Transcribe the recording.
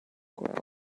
ground